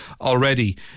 already